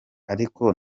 ariko